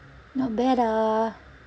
not bad ah